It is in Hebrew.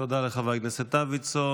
תודה לחבר הכנסת דוידסון.